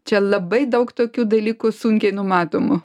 čia labai daug tokių dalykų sunkiai numatomų